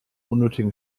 unnötigen